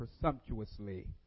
presumptuously